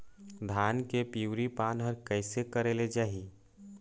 धान के पिवरी पान हर कइसे करेले जाही?